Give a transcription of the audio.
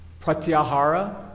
Pratyahara